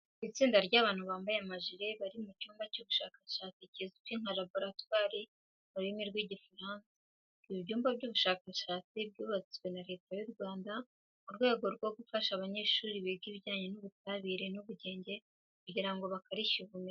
Itsinda ry'abantu bambaye amajire bari mu cyumba cy'ubushakashatsi kizwi nka laboratwari mu rurimi rw'Igifaransa. Ibi byumba by'ubushakashatsi byubatswe na Leta y'u Rwanda mu rwego rwo gufasha abanyeshuri biga ibijyanye n'ubutabire n'ubugenge kugira ngo bakarishye ubumenyi.